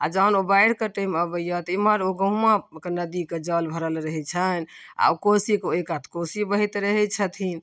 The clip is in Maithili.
आओर जहन ओ बाढ़िके टाइम अबैए तऽ एम्हर ओ गहुमाके नदीके जल भरल रहै छनि आओर ओ कोसीके ओहि कात कोसी बहैत रहै छथिन